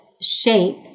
shape